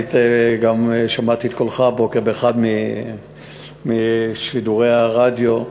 וגם שמעתי את קולך הבוקר באחד משידורי הרדיו,